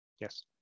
Yes